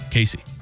Casey